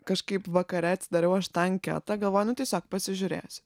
kažkaip vakare atsidariau aš tą anketą galvoju nu tiesiog pasižiūrėsiu